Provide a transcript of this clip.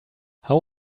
how